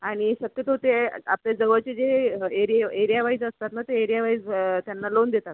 आणि शक्यतो ते आपल्या जवळचं जे एरिय एरियावाइज असतात ना ते एरियावाइज त्यांना लोन देतात